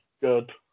good